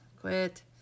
Quit